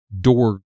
door